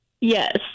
Yes